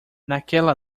naquela